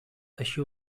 així